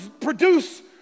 produce